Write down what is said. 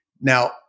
Now